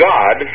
God